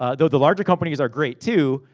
ah though, the larger companies are great too,